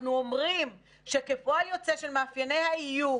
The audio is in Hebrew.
אנחנו אומרים שכפועל יוצא של מאפייני האיום,